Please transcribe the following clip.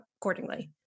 accordingly